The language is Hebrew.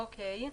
אוקיי.